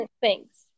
Thanks